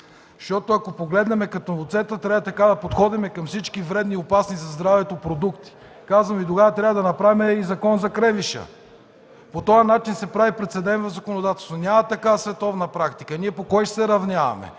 Ако погледнем така към оцета, трябва така да подходим към всички вредни и опасни за здравето продукти. Тогава трябва да направим и Закон за кренвирша. По този начин се прави прецедент в законодателството. Няма такава световна практика. Ние по кой ще се равняваме?